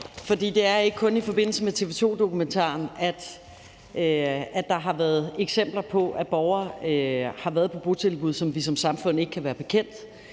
for det er ikke kun i forbindelse med TV 2-dokumentaren, at der har været eksempler på, at borgere har været på botilbud, som vi som samfund ikke kan være bekendt.